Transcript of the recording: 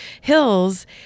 Hills